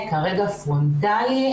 כרגע השירות הוא פרונטאלי,